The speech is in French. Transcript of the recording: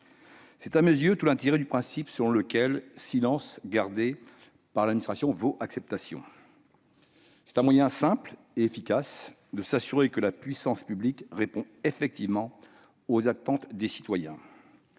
réside à mes yeux tout l'intérêt du principe selon lequel « silence gardé par l'administration vaut acceptation », qui constitue un moyen simple et efficace de s'assurer que la puissance publique réponde effectivement aux attentes des citoyens.